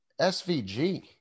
SVG